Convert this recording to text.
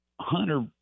Hunter